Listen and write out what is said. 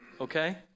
Okay